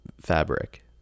fabric